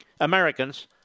Americans